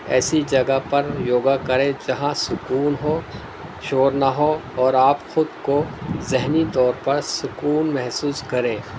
ایسی جگہ پر یوگا کریں جہاں سکون ہو شور نہ ہو اور آپ خود کو ذہنی طور پر سکون محسوس کریں